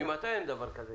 ממתי אין דבר כזה?